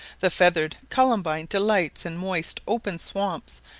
the feathered columbine delights in moist open swamps,